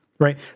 Right